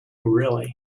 really